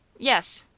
yes.